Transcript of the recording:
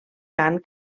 cant